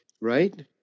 right